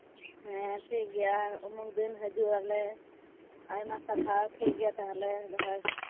ᱦᱮᱸ ᱴᱷᱤᱠ ᱜᱮᱭᱟ ᱩᱢᱩᱠ ᱫᱤᱱ ᱦᱤᱡᱩᱜ ᱟᱞᱮ ᱟᱭᱢᱟ ᱥᱟᱨᱦᱟᱣ ᱴᱷᱤᱠ ᱜᱮᱭᱟ ᱛᱟᱦᱚᱞᱮ ᱫᱚᱦᱚᱭ